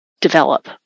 develop